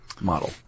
model